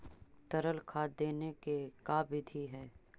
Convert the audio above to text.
तरल खाद देने के का बिधि है?